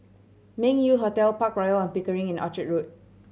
Meng Yew Hotel Park Royal On Pickering and Orchard Road